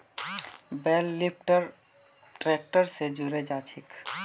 बेल lifter tractor स जुड़े जाछेक